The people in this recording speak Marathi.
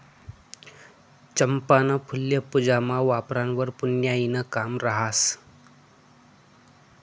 चंपाना फुल्ये पूजामा वापरावंवर पुन्याईनं काम रहास